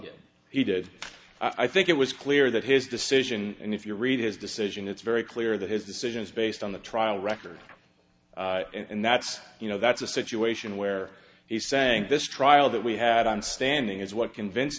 did he did i think it was clear that his decision and if you read his decision it's very clear that his decisions based on the trial record and that's you know that's a situation where he's saying this trial that we had on standing is what convince